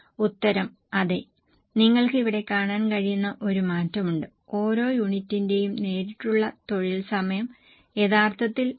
ഉത്തരം അതെ നിങ്ങൾക്ക് ഇവിടെ കാണാൻ കഴിയുന്ന ഒരു മാറ്റമുണ്ട് ഓരോ യൂണിറ്റിന്റെയും നേരിട്ടുള്ള തൊഴിൽ സമയം യഥാർത്ഥത്തിൽ 3